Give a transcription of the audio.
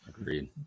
Agreed